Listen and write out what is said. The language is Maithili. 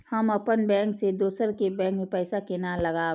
हम अपन बैंक से दोसर के बैंक में पैसा केना लगाव?